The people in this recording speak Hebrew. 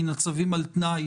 מן הצווים על תנאי